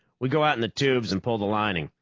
we go out in the tubes and pull the lining.